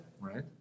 right